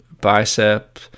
bicep